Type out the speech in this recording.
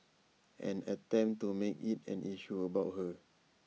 and attempt to make IT an issue about her